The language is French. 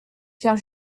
faire